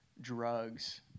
drugs